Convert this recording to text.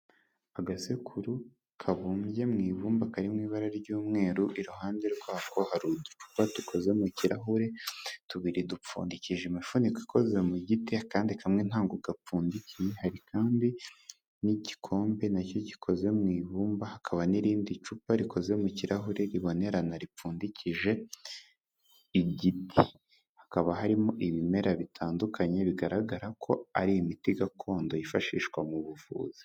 Agasekuru kabumbye mu ibumba kari mu ibara ry'umweru iruhande rwako hari uducupa dukoze mu kirahure tubiri dupfundikije imifuniko ikoze mu giti kandi kamwe ntabwo gapfundikiye, hari kandi n'igikombe nacyo gikoze mu ibumba, hakaba n'irindi cupa rikoze mu kirahure ribonerana ripfundiki igiti, hakaba harimo ibimera bitandukanye bigaragara ko ari imiti gakondo yifashishwa mu buvuzi.